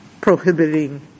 prohibiting